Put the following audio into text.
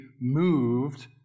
moved